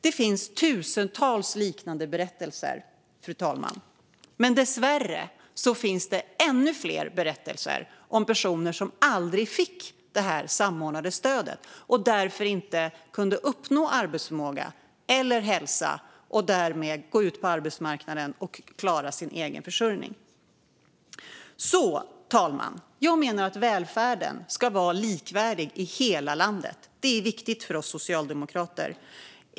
Det finns tusentals liknande berättelser, fru talman, men dessvärre finns det ännu fler berättelser om personer som aldrig fick det samordnade stödet och som därför inte kunde uppnå arbetsförmåga eller hälsa och som därmed inte kunde gå ut på arbetsmarknaden och klara sin egen försörjning. Fru talman! Jag menar att välfärden ska vara likvärdig i hela landet. Det är viktigt för oss socialdemokrater.